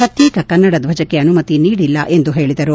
ಪ್ರತ್ಯೇಕ ಕನ್ನಡ ಧ್ವಜಕ್ಕೆ ಅನುಮತಿ ನೀಡಿಲ್ಲ ಎಂದು ಹೇಳಿದರು